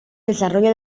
desarrollo